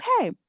okay